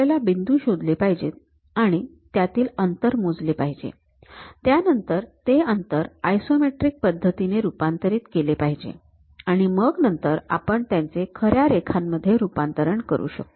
आपल्याला बिंदू शोधले पाहिजेत आणि त्यातील अंतर मोजले पाहिजे त्यानंतर ते अंतर आयसोमेट्रिक पद्धतीने रूपांतरित केले पाहिजे आणि मग नंतर आपण त्यांचे खऱ्या रेखांमध्ये रूपांतरण करू शकू